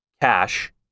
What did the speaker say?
cash